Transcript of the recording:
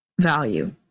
value